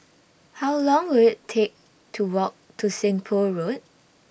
How Long Will IT Take to Walk to Seng Poh Road